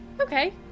Okay